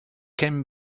can